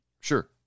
Sure